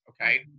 Okay